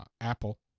Apple